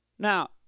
Now